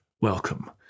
Welcome